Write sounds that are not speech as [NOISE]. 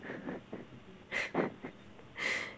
[LAUGHS]